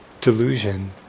delusion